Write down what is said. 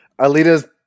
Alita's